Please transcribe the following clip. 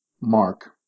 Mark